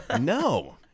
No